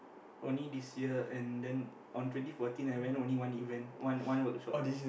only this year and then on twenty fourteen I went only one event one workshop